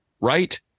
right